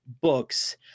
books